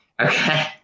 Okay